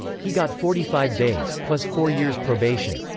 he got forty five days, plus four years' probation.